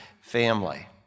family